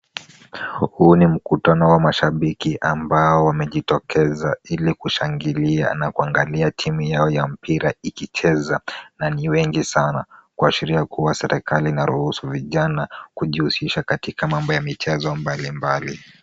Huu ni mkutano wa mashabiki ambao wamejitokeza ili kushangilia na kuangalia timu yao ya mpira ikicheza na ni wengi sana kuashiria kua serikali inaruhusu vijana kujihusisha katika mambo ya michezo mbalimbali.